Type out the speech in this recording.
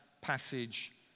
passage